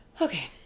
Okay